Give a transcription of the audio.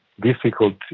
difficult